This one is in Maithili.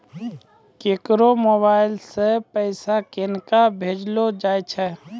केकरो मोबाइल सऽ पैसा केनक भेजलो जाय छै?